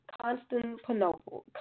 Constantinople